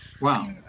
Wow